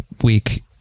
week